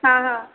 हां हां